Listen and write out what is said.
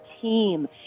team